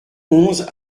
onze